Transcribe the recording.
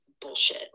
bullshit